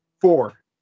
four